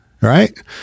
right